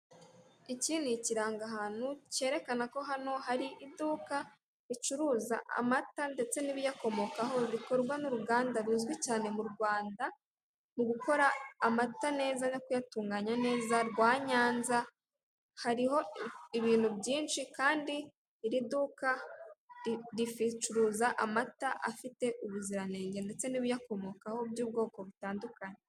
Iki ni ikirangahantu cyerekana ko hano hari iduka ricuruza amata, ndetse n'ibiyakomokaho bikorwa n'uruganda ruzwi cyane mu Rwanda, mu gukora amata neza no kuyatunganya neza rwa Nyanza, hariho ibintu byinshi kandi iri duka ricuruza amata afite ubuziranenge ndetse n'ibiyakomokaho by'ubwoko butandukanye.